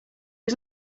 was